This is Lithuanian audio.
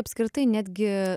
apskritai netgi